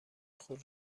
خود